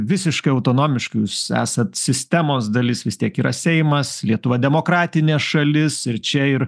visiškai autonomiškai jūs esat sistemos dalis vis tiek yra seimas lietuva demokratinė šalis ir čia ir